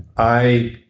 i